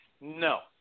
no